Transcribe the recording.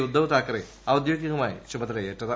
ഉദ്ധ്യപ്പ് താഴ്ക്കറെ ഔദ്യോഗികമായി ചുമതലയേറ്റത്